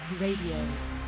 Radio